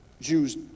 Jews